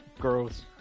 Girls